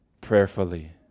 prayerfully